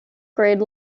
grade